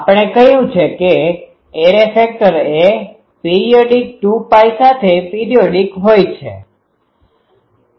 આપણે કહ્યું છે કે એરે ફેક્ટર એ પીરિયડ 2Π સાથે પીરીયોડીક હોય છે